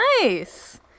Nice